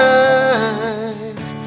eyes